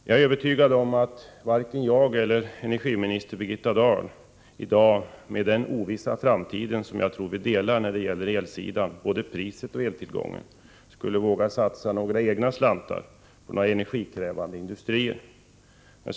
Jag är övertygad om att varken jag eller energiminister Birgitta Dahl, som säkert delar min bedömning att framtiden är oviss när det gäller både priset och tillgången på el, i dag skulle våga satsa egna slantar på några energikrävande industrier.